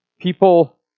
People